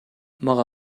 мага